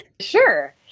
Sure